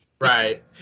Right